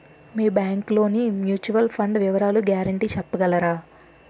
మీ bank లోని mutual fund వివరాల guarantee చెప్పగలరా?